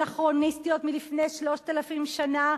אנכרוניסטיות, מלפני 3,000 שנה,